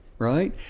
Right